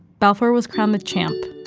balfour was crowned the champ,